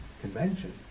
convention